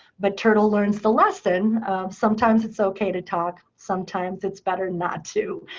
but turtle learns the lesson of sometimes it's ok to talk, sometimes it's better not to.